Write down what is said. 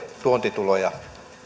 tuontituloja